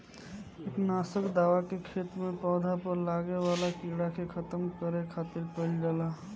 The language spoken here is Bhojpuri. किट नासक दवा के खेत में पौधा पर लागे वाला कीड़ा के खत्म करे खातिर कईल जाला